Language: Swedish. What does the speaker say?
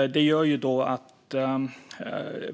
300 miljarderna.